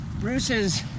Bruce's